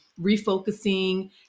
refocusing